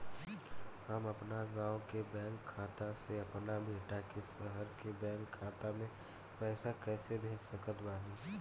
हम अपना गाँव के बैंक खाता से अपना बेटा के शहर के बैंक खाता मे पैसा कैसे भेज सकत बानी?